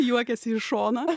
juokiasi į šoną